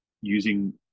using